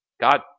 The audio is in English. God